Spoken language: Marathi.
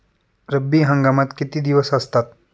रब्बी हंगामात किती दिवस असतात?